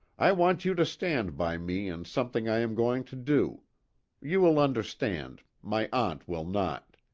i want you to stand by me in something i am going to do you will understand, my aunt will not.